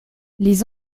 les